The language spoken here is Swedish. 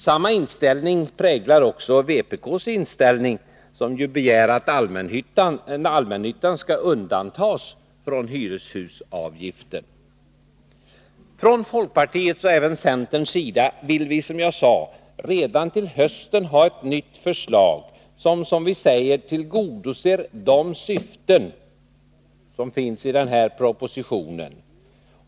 Samma inställning präglar också vpk:s förslag. Vpk begär att allmännyttan skall undantas från hyreshusavgift. Från folkpartiets — och även centerns — sida vill vi, som jag sade, redan till hösten ha ett nytt förslag som tillgodoser det syfte som finns i den här propositionen.